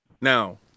Now